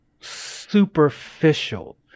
superficial